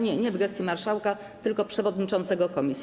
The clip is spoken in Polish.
Nie, nie w gestii marszałka, tylko przewodniczącego komisji.